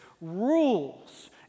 rules